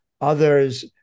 others